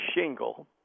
shingle